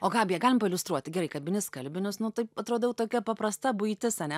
o gabija galim pailiustruoti gerai kabini skalbinius nu taip atrodau tokia paprasta buitis ane